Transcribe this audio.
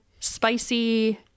spicy